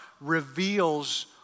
reveals